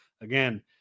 Again